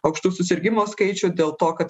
aukštų susirgimo skaičių dėl to kad